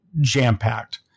jam-packed